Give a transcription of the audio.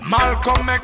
Malcolm